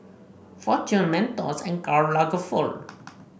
Fortune Mentos and Karl Lagerfeld